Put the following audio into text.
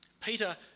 Peter